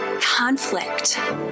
conflict